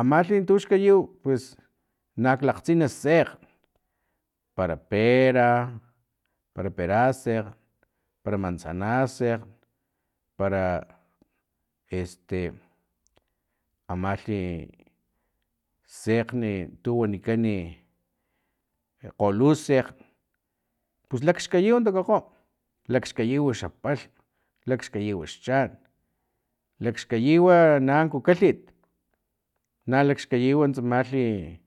Amalhi tuxkayiw pues nak lakgtsin sekgn para pera para perasekg para manzanasekg para este amalhi sekgni tu wanikan kgolusekgn pus lakxkayiw lakgo lakxkayiw palhm lakxkayiw xchan lakxkayiwa na kukalhit na lakxkayiwa tsamalhi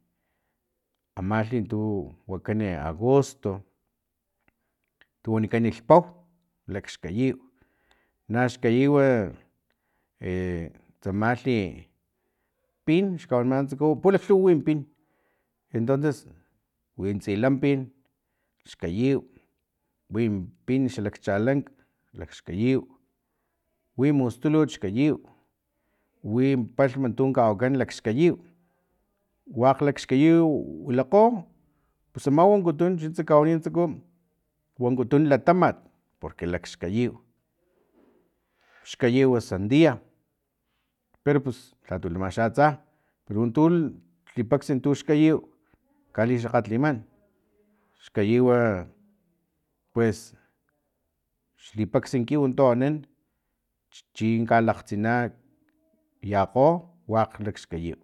amalhi tu wakani agosto tu wanikan lhpau lakxkayiw naxkayiw e tsamalhi pin xkawaniman tsaku pulaklhuw win pin entonces wi tsilampin xkayiw win pin xalakchalank lakxkayiw wi mustulut lakxkatuw win palhm tu kawakan lakxkayiw wakg lakxkayiw tu wilakgo pus ama wankutun chuntsa kawanin tsaku wankutun latamat porque lakxkayiw xkayiw sandia pero pus lhatu lama xa atsa pero untu lipaksa untu xkayiw kalixakgatliman xkayiwa pues xlipaksan kiw untu anan chi kalakgtsina yakgo wakg lakxkayiw